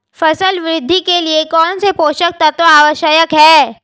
फसल वृद्धि के लिए कौनसे पोषक तत्व आवश्यक हैं?